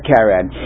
Karen